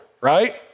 right